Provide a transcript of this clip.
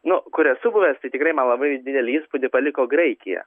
nu kur esu buvęstai tikrai man labai didelį įspūdį paliko graikija